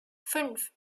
fünf